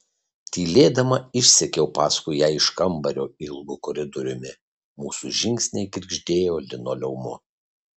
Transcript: tylėdama išsekiau paskui ją iš kambario ilgu koridoriumi mūsų žingsniai girgždėjo linoleumu